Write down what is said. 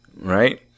right